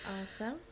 awesome